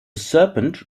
serpent